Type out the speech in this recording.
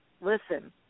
listen